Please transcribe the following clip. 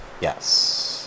Yes